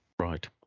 Right